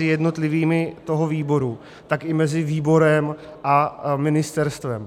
jednotlivými poslanci toho výboru, tak i mezi výborem a ministerstvem.